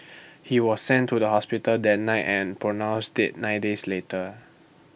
he was sent to the hospital that night and pronounced dead nine days later